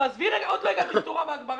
עוד לא הגעתי לתאורה והגברה.